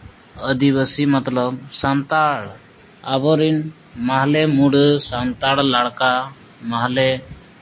ᱟᱹᱫᱤᱵᱟᱹᱥᱤ ᱢᱚᱛᱚᱞᱚᱵ ᱥᱟᱱᱛᱟᱲ ᱟᱵᱚᱨᱮᱱ ᱢᱟᱦᱞᱮ ᱢᱩᱸᱰᱟᱹ ᱥᱟᱱᱛᱟᱲ ᱞᱟᱲᱠᱟ ᱢᱟᱦᱞᱮ